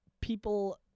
people